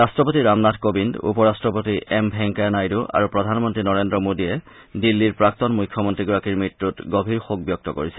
ৰাট্টপতি ৰামনাথ কোবিন্দ উপ ৰাট্টপতি এম ভেংকায়া নাইডু আৰু প্ৰধানমন্ত্ৰী নৰেন্দ্ৰ মোদীয়ে দিল্লীৰ প্ৰাক্তন মূখ্যমন্ত্ৰীগৰাকীৰ মৃত্যুত গভীৰ শোক ব্যক্ত কৰিছে